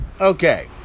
Okay